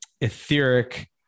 etheric